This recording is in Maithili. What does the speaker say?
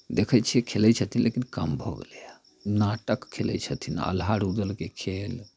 देखैत छियै खेलै छथिन लेकिन कम भऽ गेलैए नाटक खेलै छथिन आल्हा रूदलके खेल